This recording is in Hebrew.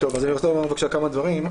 אני רוצה לומר בבקשה כמה דברים.